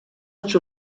much